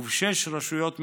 ובשש רשויות מקומיות,